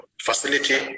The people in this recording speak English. facility